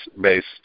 based